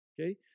Okay